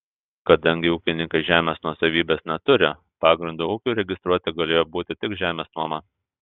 kadangi ūkininkai žemės nuosavybės neturi pagrindu ūkiui registruoti galėjo būti tik žemės nuoma